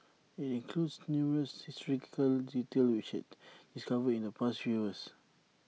IT includes numerous historical details which we had discovered in the past few years